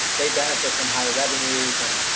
they benefit from higher revenues and